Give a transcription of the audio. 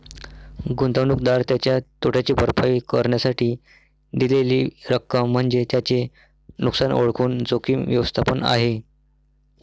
गुंतवणूकदार त्याच्या तोट्याची भरपाई करण्यासाठी दिलेली रक्कम म्हणजे त्याचे नुकसान ओळखून जोखीम व्यवस्थापन आहे